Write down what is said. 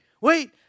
wait